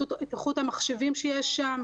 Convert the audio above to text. את איכות המחשבים שיש שם.